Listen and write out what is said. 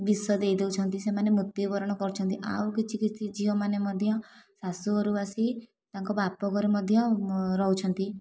ବିଷ ଦେଇ ଦେଉଛନ୍ତି ସେମାନେ ମୃତ୍ୟୁ ବରଣ କରୁଛନ୍ତି ଆଉ କିଛି କିଛି ଝିଅ ମାନେ ମଧ୍ୟ ଶାଶୁ ଘରୁ ଆସି ତାଙ୍କ ବାପ ଘରେ ମଧ୍ୟ ରହୁଛନ୍ତି